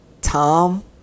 Tom